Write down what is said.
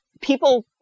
people